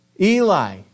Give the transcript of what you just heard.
Eli